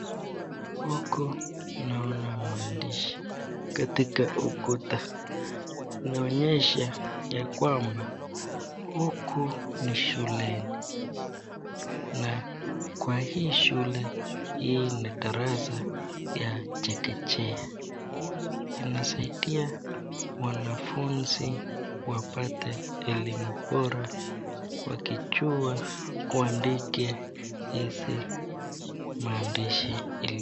Huku naona maandishi katika ukuta inaonyesha ya kwaamba huku ni shuleni na kwa hii shule hii ni darasa chekechea inasaidia wanafunzi wapate elimu bora wakijua kuandika hizi maandishi.